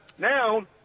Now